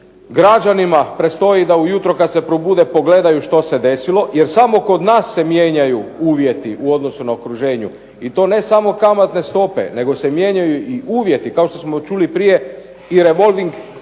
Građani predstoji da ujutro kad se probude pogledaju što se desilo, jer samo kod nas se mijenjaju uvjeti u odnosu na okruženju i to ne samo kamatne stope nego se mijenjaju i uvjeti. Kao što smo čuli prije, i revolving